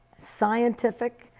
scientific,